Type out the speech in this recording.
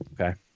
Okay